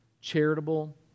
charitable